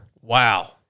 Wow